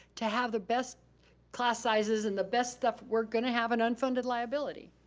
to have the best class sizes and the best stuff, we're gonna have an unfunded liability.